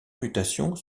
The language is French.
mutations